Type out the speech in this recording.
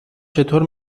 چطور